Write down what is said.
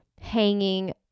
hanging